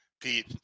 Pete